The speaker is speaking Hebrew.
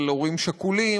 על הורים שכולים,